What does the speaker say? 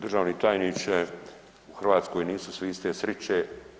Državni tajniče u Hrvatskoj nisu svi iste sreće.